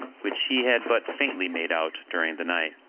which he had but faintly made out during the night.